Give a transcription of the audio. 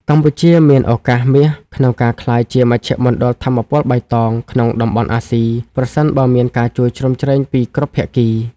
កម្ពុជាមានឱកាសមាសក្នុងការក្លាយជា "មជ្ឈមណ្ឌលថាមពលបៃតង" ក្នុងតំបន់អាស៊ី ប្រសិនបើមានការជួយជ្រោមជ្រែងពីគ្រប់ភាគី។